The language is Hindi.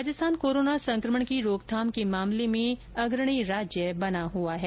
राजस्थान कोरोना संकमण की रोकथाम के मामले में अग्रणी राज्य बना हुआ है